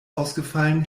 ausgefallen